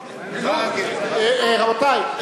ברכה, רבותי.